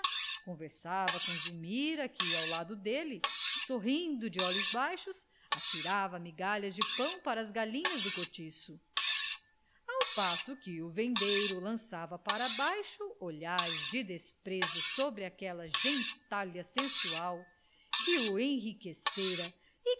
conversava com zulmira que ao lado dele sorrindo de olhos baixos atirava migalhas de pão para as galinhas do cortiço ao passo que o vendeiro lançava para baixo olhares de desprezo sobre aquela gentalha sensual que o enriquecera